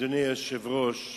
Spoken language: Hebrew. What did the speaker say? אדוני היושב-ראש,